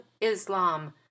Islam